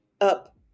up